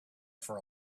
for